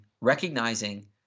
recognizing